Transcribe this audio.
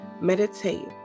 Meditate